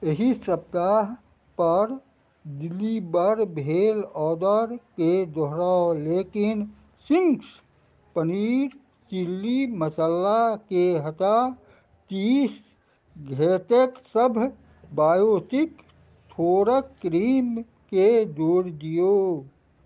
एहि सप्ताह पर डिलीबर भेल ऑर्डरके दोहराउ लेकिन चिंग्स पनीर चिल्ली मसल्लाके हटा तीस घेतेक सभ बायोटिक थोड़क क्रीमके जोड़ि दियौ